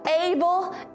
able